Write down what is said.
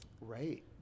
Right